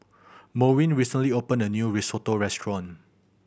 Merwin recently opened a new Risotto Restaurant